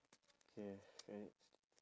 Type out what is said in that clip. K alright